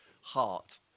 heart